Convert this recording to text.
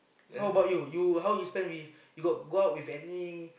so how bout you how you spend with you got go out with any